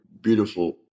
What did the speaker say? beautiful